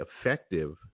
effective